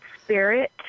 spirit